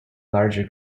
larger